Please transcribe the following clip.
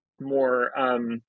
more